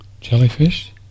jellyfish